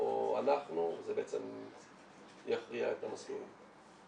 או אנחנו, מי יכריע את המסלול.